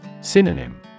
Synonym